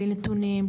בלי נתונים,